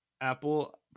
Apple